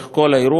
למזלנו,